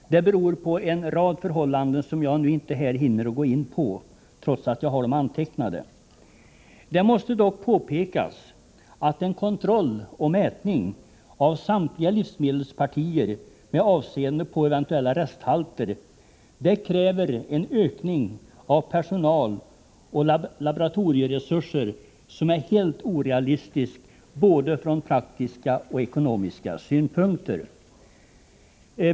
Detta beror på en rad förhållanden, som jag nu inte hinner gå in på men som jag har antecknade. Det måste dock påpekas att kontroll och mätning av samtliga livsmedelspartier med avseende på eventuella resthalter kräver en ökning av personaloch laboratorieresurser som är helt orealistisk från både praktiska och ekonomiska utgångspunkter.